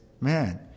man